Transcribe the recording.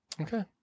Okay